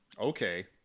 Okay